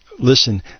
Listen